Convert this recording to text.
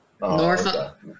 Norfolk